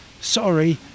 sorry